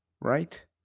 right